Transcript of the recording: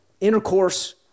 intercourse